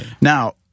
Now